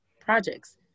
projects